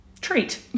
treat